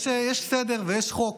יש סדר ויש חוק,